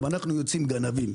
אנחנו יוצאים גנבים.